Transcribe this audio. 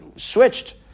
Switched